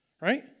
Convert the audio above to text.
Right